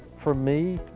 for me,